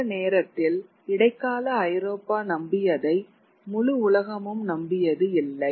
அந்த நேரத்தில் இடைக்கால ஐரோப்பா நம்பியதை முழு உலகமும் நம்பியது இல்லை